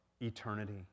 eternity